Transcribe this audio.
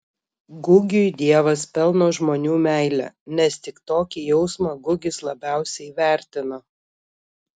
gugiui dievas pelno žmonių meilę nes tik tokį jausmą gugis labiausiai vertina